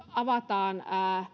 avataan myös